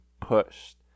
pushed